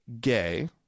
gay